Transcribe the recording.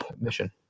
mission